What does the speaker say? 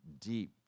deep